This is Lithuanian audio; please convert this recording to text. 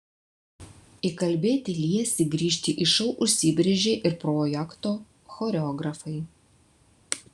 įkalbėti liesį grįžti į šou užsibrėžė ir projekto choreografai